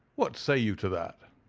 what say you to that?